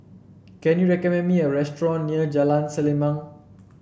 can you recommend me a restaurant near Jalan Selimang